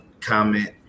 comment